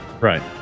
Right